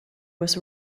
was